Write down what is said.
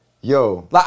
Yo